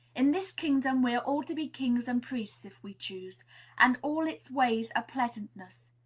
in this kingdom we are all to be kings and priests, if we choose and all its ways are pleasantness.